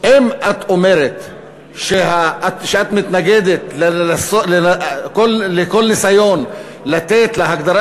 אם את אומרת שאת מתנגדת לכל ניסיון לתת להגדרה